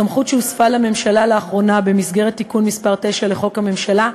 סמכות שהוספה לממשלה לאחרונה במסגרת תיקון מס' 9 לחוק הממשלה,